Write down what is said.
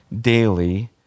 daily